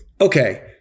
Okay